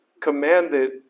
commanded